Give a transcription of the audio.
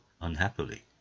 unhappily